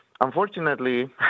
Unfortunately